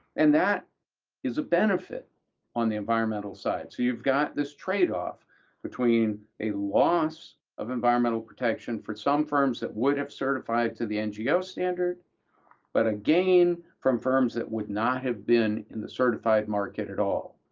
and that is a benefit on the environmental side, so you've got this trade-off between a loss loss of environmental protection for some firms that would have certified to the ngo standard but a gain from firms that would not have been in the certified market at all,